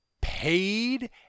paid